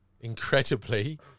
incredibly